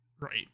Right